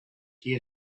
here